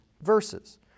verses